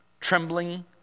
trembling